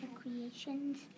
creations